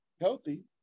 healthy